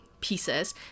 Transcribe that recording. pieces